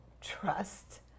trust